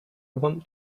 want